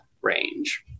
range